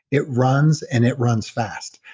it runs and it runs fast.